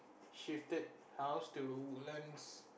shifted house to Woodlands